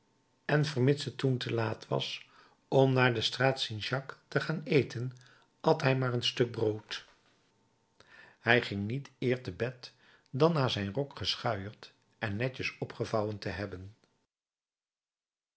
en vermits het toen te laat was om naar de straat st jacques te gaan eten at hij maar een stuk brood hij ging niet eer te bed dan na zijn rok geschuierd en netjes opgevouwen te hebben